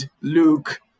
Luke